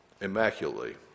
immaculately